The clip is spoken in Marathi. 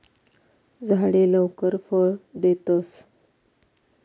झाडे लवकर फळ देतस